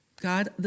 God